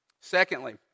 Secondly